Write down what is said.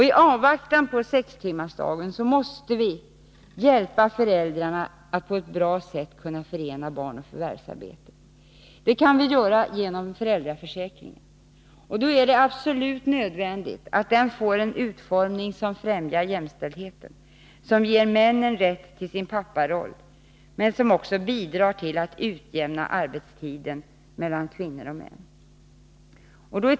I avvaktan på sextimmarsdagen måste vi hjälpa föräldrarna när det gäller att på ett bra sätt kunna förena barn och förvärvsarbete. Det kan vi göra genom föräldraförsäkringen. Då är det absolut nödvändigt att den får en utformning som främjar jämställdheten, som ger männen rätt till sin papparoll men som också bidrar till att utjämna arbetstiden mellan kvinnor och män.